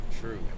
true